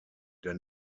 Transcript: der